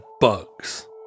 bugs